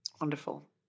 Wonderful